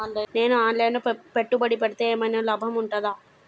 నేను online లో పెట్టుబడులు పెడితే ఏమైనా లాభం ఉంటదా?